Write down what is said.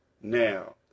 Now